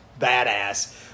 badass